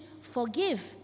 forgive